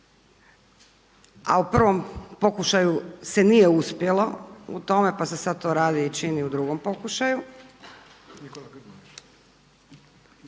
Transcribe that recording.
a u prvom pokušaju se nije uspjelo u tome pa se sad to radi i čini u drugom pokušaju